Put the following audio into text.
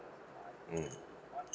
mm